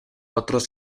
otros